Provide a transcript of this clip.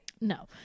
No